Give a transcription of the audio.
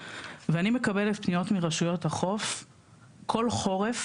ואני מקבלת פניות מרשויות החוף כל חורף,